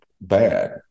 bad